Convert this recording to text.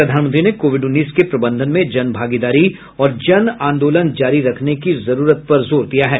प्रधानमंत्री ने कोविड उन्नीस के प्रबंधन में जन भागीदारी और जन आंदोलन जारी रखने की जरूरत पर जोर दिया है